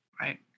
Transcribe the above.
Right